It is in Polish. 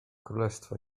królestwo